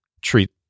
treat